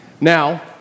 Now